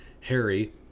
Harry